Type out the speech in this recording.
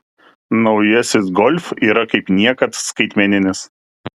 naujasis golf yra kaip niekad skaitmeninis